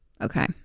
Okay